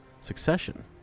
succession